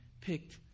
picked